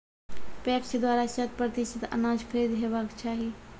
PACS द्वारा शत प्रतिसत अनाज खरीद हेवाक चाही?